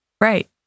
Right